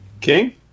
King